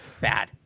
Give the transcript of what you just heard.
bad